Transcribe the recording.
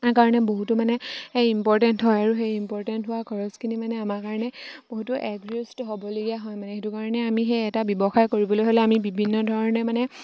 কাৰণে বহুতো মানে ইম্পৰ্টে'ণ্ট হয় আৰু সেই ইম্প'ৰ্টেণ্ট হোৱা খৰচখিনি মানে আমাৰ কাৰণে বহুতো এগজাষ্টো হ'বলগীয়া হয় মানে সেইটো কাৰণে আমি সেই এটা ব্যৱসায় কৰিবলৈ হ'লে আমি বিভিন্ন ধৰণে মানে